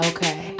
Okay